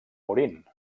morint